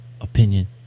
opinion